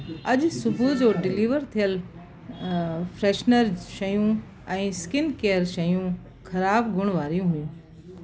अॼु सुबुह जो डिलीवर थियल फ्रेशनर शयूं ऐं स्किन केयर शयूं ख़राब गुण वारी हुई